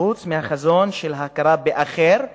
חוץ מהחזון של הכרה באחר לפנינו.